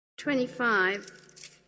25